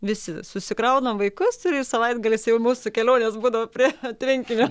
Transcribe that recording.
visi susikraunam vaikus ir savaitgalis jau mūsų kelionės būdavo prie tvenkinio